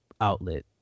outlet